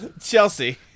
Chelsea